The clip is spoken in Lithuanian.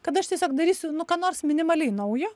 kad aš tiesiog darysiu nu ką nors minimaliai naujo